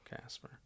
Casper